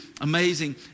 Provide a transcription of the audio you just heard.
amazing